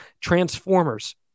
Transformers